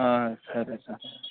సరే సార్